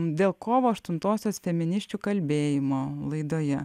dėl kovo aštuntosios feminisčių kalbėjimo laidoje